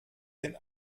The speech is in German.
den